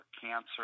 cancer